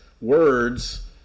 words